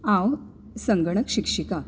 हांव संगणक शिक्षिका